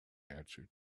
answered